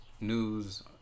news